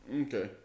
Okay